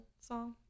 song